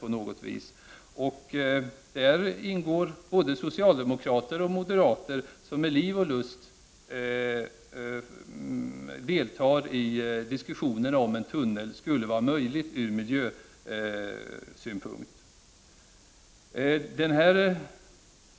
I gruppen ingår både socialdemokrater och moderater, som med liv och lust deltar i diskussionerna om huruvida en tunnel skulle vara möjlig ur miljösynpunkt.